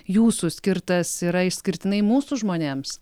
jūsų skirtas yra išskirtinai mūsų žmonėms